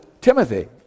Timothy